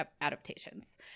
adaptations